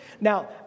Now